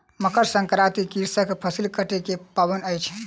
मकर संक्रांति कृषकक फसिल कटै के पाबैन अछि